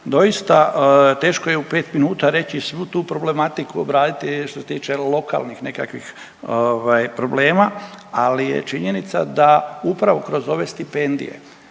Doista teško je u 5 minuta reći svu tu problematiku i obraditi što se tiče lokalnih nekakvih ovaj problema, ali je činjenica da upravo kroz ove stipendije